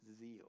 zeal